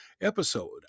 episode